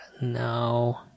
No